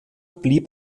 blieb